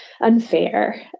unfair